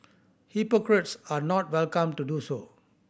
hypocrites are not welcome to do so